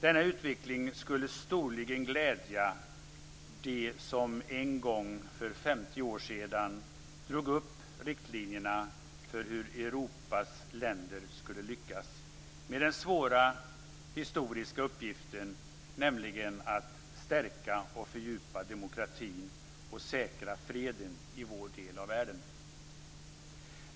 Denna utveckling skulle storligen glädja dem som en gång, för 50 år sedan, drog upp riktlinjerna för hur Europas länder skulle lyckas med den svåra historiska uppgiften, nämligen att stärka och fördjupa demokratin och säkra freden i vår del av världen.